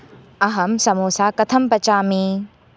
अहं समोसा कथं पचामि